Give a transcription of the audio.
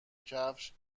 کفش